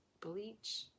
bleach